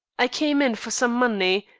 i came in for some money,